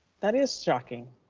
that is shocking.